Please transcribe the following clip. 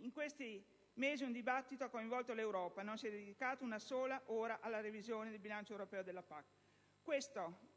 In questi mesi un dibattito ha coinvolto l'Europa: non si è dedicata una sola ora alla revisione del bilancio europeo della PAC.